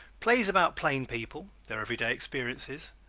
plays about plain people, their everyday experiences,